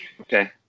okay